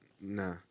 nah